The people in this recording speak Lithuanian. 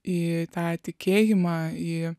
į tą tikėjimą į